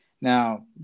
Now